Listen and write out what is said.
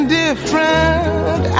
different